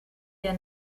der